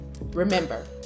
Remember